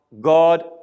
God